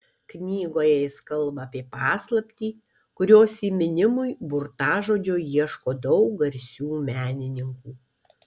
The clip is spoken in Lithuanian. knygoje jis kalba apie paslaptį kurios įminimui burtažodžio ieško daug garsių menininkų